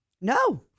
No